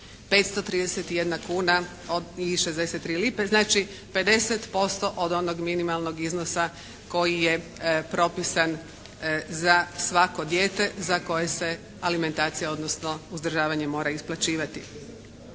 531 kuna i 63 lipe. Znači, 50% od onog minimalnog iznosa koji je propisan za svako dijete za koje se alimentacija, odnosno uzdržavanje mora isplaćivati.